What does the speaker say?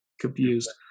confused